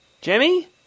Jemmy